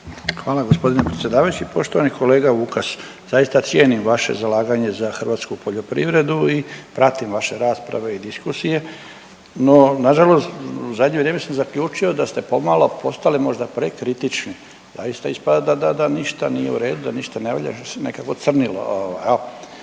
Hvala g. predsjedavajući. Poštovani kolega Vukas, zaista cijenim vaše zalaganje za hrvatsku poljoprivredu i pratim vaše rasprave i diskusije, no nažalost u zadnje vrijeme sam zaključio da ste pomalo postali možda prekritični, zaista ispada da, da ništa nije u redu, da ništa ne valja, nekakvo crnilo.